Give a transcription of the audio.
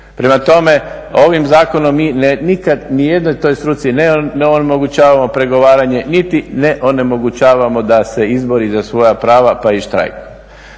Prema tome, ovim zakonom nikad nijednoj toj struci ne omogućavamo pregovaranje niti ne onemogućavamo da se izbore za svoja prava pa i štrajkom.